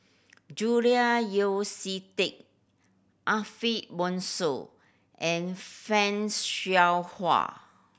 Julian Yeo See Teck Ariff Bongso and Fan Shao Hua